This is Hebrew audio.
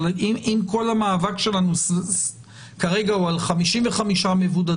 אבל אם כל המאבק שלנו כרגע הוא על 55 מבודדים,